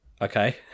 okay